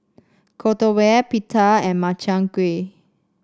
Korokke Pita and Makchang Gui